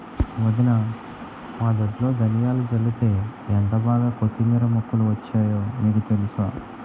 వదినా మా దొడ్లో ధనియాలు జల్లితే ఎంటబాగా కొత్తిమీర మొక్కలు వచ్చాయో మీకు తెలుసా?